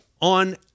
on